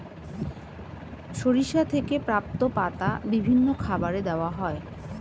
সরিষা থেকে প্রাপ্ত পাতা বিভিন্ন খাবারে দেওয়া হয়